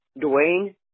Dwayne